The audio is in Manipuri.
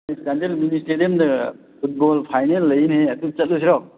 ꯆꯥꯟꯗꯦꯜ ꯃꯤꯅꯤ ꯏꯁꯇꯦꯗꯤꯌꯟꯗ ꯐꯨꯠꯕꯣꯜ ꯐꯥꯏꯅꯦꯜ ꯂꯩꯅꯦꯍꯦ ꯑꯗꯨ ꯆꯠꯂꯨꯁꯤꯔꯣ